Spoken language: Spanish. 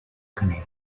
canela